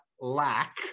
lack